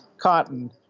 cotton